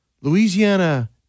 Louisiana